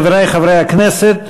חברי חברי הכנסת,